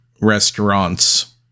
restaurants